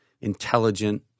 intelligent